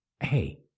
Hey